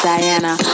Diana